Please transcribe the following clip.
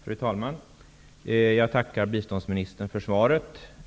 Fru talman! Jag tackar biståndsministern för svaret.